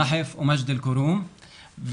נחף ומג'דל כרום,